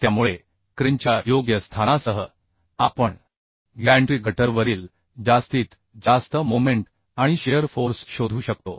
त्यामुळे क्रेनच्या योग्य स्थानासह आपण गॅन्ट्री गटरवरील जास्तीत जास्त मोमेंट आणि शिअर फोर्स शोधू शकतो